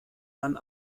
man